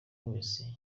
wese